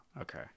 Okay